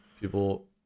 people